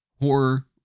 horror